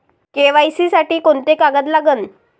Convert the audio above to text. KYC साठी कोंते कागद लागन?